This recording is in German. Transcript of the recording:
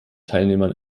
teilnehmern